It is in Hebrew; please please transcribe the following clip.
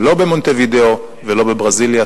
ולא במונטווידאו ולא בברזיליה.